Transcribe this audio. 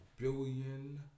billion